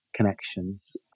Connections